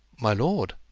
my lord,